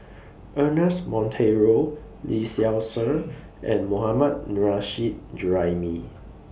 Ernest Monteiro Lee Seow Ser and Mohammad Nurrasyid Juraimi